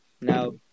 Now